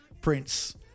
prince